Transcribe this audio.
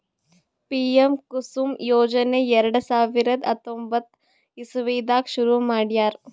PM Kusum ಯೋಜನೆ ಎರಡ ಸಾವಿರದ್ ಹತ್ತೊಂಬತ್ತ್ ಇಸವಿದಾಗ್ ಶುರು ಮಾಡ್ಯಾರ್